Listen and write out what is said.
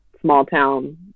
small-town